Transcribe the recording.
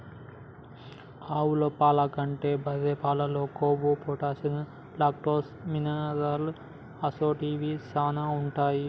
ఆవు పాల కంటే బర్రె పాలల్లో కొవ్వు, ప్రోటీన్, లాక్టోస్, మినరల్ అసొంటివి శానా ఉంటాయి